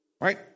right